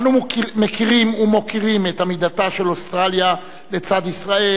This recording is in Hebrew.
אנו מכירים ומוקירים את עמידתה של אוסטרליה לצד ישראל,